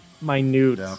minute